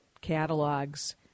catalogs